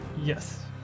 Yes